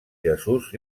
jesús